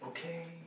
Okay